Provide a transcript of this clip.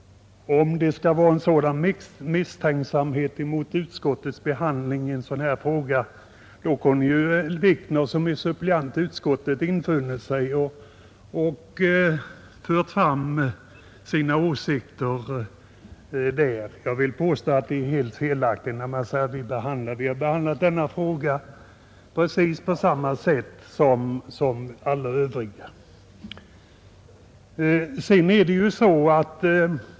Om det skall vara en sådan misstänksamhet mot utskottets behandling av en sådan här fråga, då kunde ju herr Wikner som är suppleant i utskottet ha infunnit sig och fört fram sina åsikter där. Jag vill hävda att det är ett helt felaktigt påstående. Vi har behandlat denna fråga på precis samma sätt som alla de övriga.